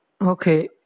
Okay